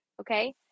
Okay